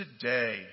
today